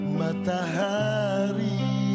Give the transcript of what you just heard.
matahari